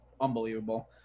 unbelievable